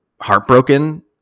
heartbroken